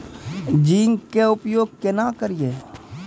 Zinc के उपयोग केना करये?